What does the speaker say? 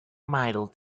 middle